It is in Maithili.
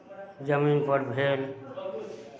जमीनपर भेल